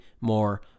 more